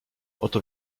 oto